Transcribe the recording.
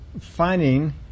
finding